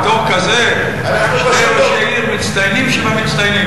אבל בתור כזה, שני ראשי עיר מצטיינים שבמצטיינים.